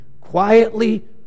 quietly